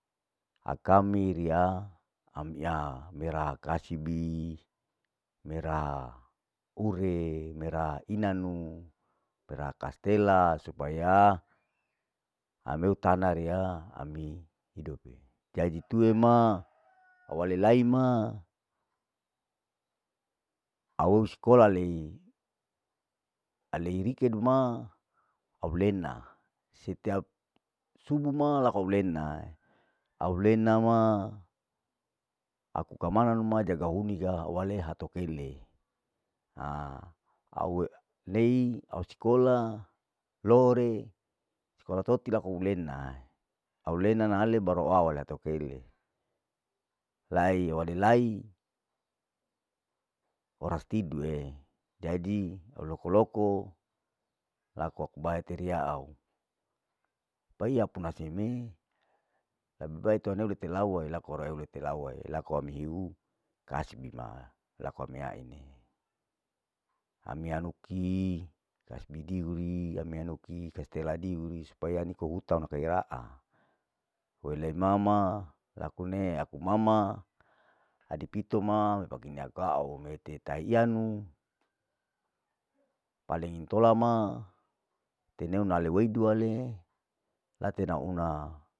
Akami riya ami aa mi raa kasibi, miraa ure, miraa inanu, miraa kastela supaya ami utana riya ami hidope, jadi tue ma, awale lai ma aueu skola lei, ai lei rikeduma au lena, setiap subu ma laku au lena, au lena ma, aku kamana nu ma jaga huni ka hawale hatu kele, ha au lei au skola, lore, skola toti laku hulenae, au lena lahale baru au latu kele, lae wale lai oras tidu e, jadi au loko loko laku aku ba iter riya au, paina puna seme, lebe bae tua nole telawai, laku ora oe telawai, laku ami hiu kasbi ma laku ami aine, ami anu ki kasbi dihuri ami anu ki kastela dihuri supaya hutan talaai, wele mama, laku ne aku mama adi pito ma bagi inakau lete taiyanu paleng intola ma itene nale weidu ale latena una.